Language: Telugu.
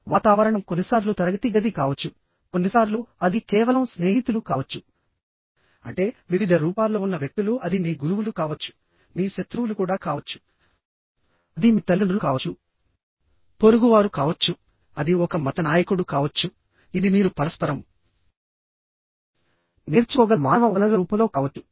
వాతావరణం కొన్నిసార్లు తరగతి గది కావచ్చు కొన్నిసార్లు అది కేవలం స్నేహితులు కావచ్చు అంటే వివిధ రూపాల్లో ఉన్న వ్యక్తులు అది మీ గురువులు కావచ్చు మీ శత్రువులు కూడా కావచ్చు అది మీ తల్లిదండ్రులు కావచ్చు ఎవరైనా పొరుగువారు కావచ్చు అది ఒక మత నాయకుడు కావచ్చు ఇది మీరు పరస్పరం మరియు నేర్చుకోగల మానవ వనరుల రూపంలో ఎవరైనా కావచ్చు